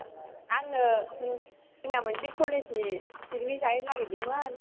आङो जोंना मोनसे कलेजनि पिकनिक जाहैनो नागिरदोंमोन